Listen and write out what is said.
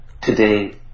Today